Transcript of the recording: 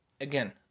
again